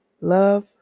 love